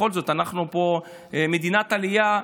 בכל זאת אנחנו פה מדינת עלייה,